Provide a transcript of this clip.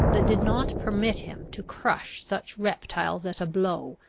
that did not permit him to crush such reptiles at a blow,